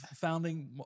founding